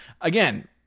Again